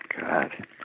god